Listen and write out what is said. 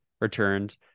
returned